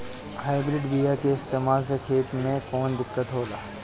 Hybrid बीया के इस्तेमाल से खेत में कौन दिकत होलाऽ?